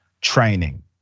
training